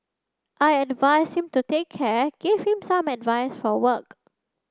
I advised him to take care gave him some advice for work